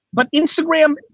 but instagram,